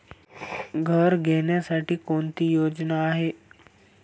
घर घेण्यासाठी कोणती योजना आहे?